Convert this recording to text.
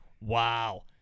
Wow